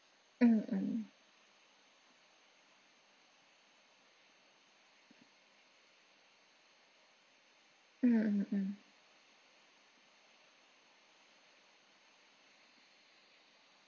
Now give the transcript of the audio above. mm mm mm mm mm